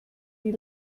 die